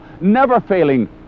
never-failing